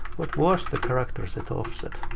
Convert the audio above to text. what was the character set offset?